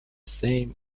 same